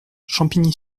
champigny